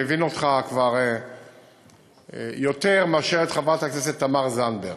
אני מבין אותך כבר יותר מאשר את חברת הכנסת תמר זנדברג.